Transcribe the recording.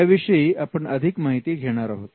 याविषयी आपण अधिक माहिती घेणार आहोत